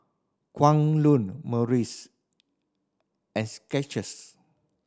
Kwan Loong Morries and Skechers